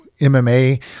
MMA